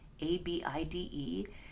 A-B-I-D-E